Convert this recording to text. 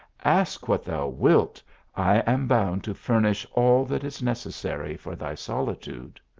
ask what thou wilt i am bound to furnish all that is necessary for thy soli tude.